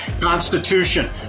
Constitution